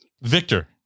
Victor